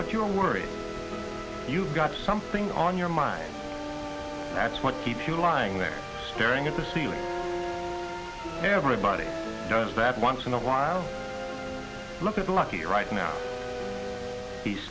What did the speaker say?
but you're worried you've got something on your mind that's what keeps you lying there staring at the ceiling everybody does that once in a while look at lucky right now he's